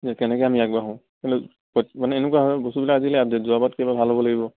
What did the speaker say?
যে কেনেকে আমি আগবাঢ়ো কিন্তু মানে এনেকুৱা হয় বস্তুবিলাক আজিকালি আপডেট যোৱাবাৰতকে এইবাৰ ভাল হ'ব লাগিব